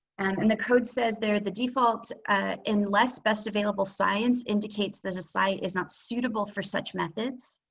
and and the code says they're the default unless best available science indicates that a site is not suitable for such methods.